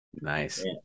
Nice